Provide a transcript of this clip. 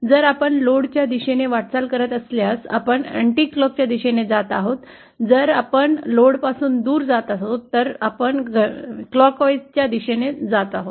जर आपण लोडच्या दिशेने वाटचाल करत असल्यास आपण अँटीक्लॉकच्या दिशेने जात आहोत जर आपण लोडपासून दूर जात आहोत तर आपण घड्याळाच्या दिशेने जात आहोत